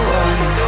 one